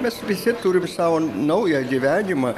mes visi turim savo naują gyvenimą